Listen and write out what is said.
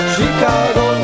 Chicago